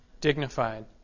dignified